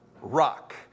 rock